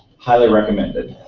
highly recommended.